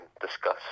discuss